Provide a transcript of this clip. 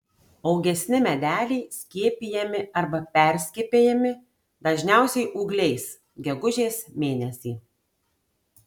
augesni medeliai skiepijami arba perskiepijami dažniausiai ūgliais gegužės mėnesį